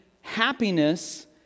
happiness